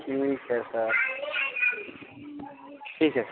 ठीक है सर ठीक है